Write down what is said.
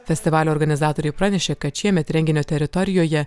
festivalio organizatoriai pranešė kad šiemet renginio teritorijoje